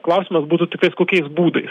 klausimas būtų tiktais kokiais būdais